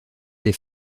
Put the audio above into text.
des